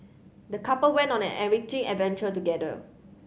the couple went on an enriching adventure together